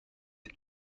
het